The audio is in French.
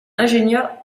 ingénieurs